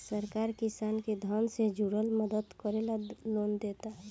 सरकार किसान के धन से जुरल मदद करे ला लोन देता